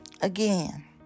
again